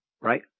right